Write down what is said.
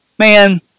Man